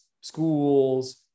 schools